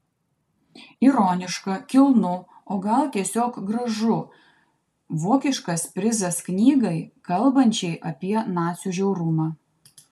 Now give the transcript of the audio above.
ironiška kilnu o gal tiesiog gražu vokiškas prizas knygai kalbančiai apie nacių žiaurumą